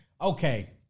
Okay